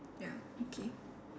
ya okay